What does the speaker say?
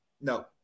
no